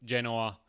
Genoa